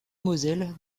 moselle